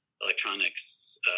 electronics